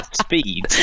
speed